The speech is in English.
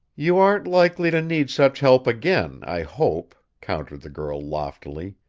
you aren't likely to need such help again, i hope, countered the girl loftily,